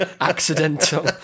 accidental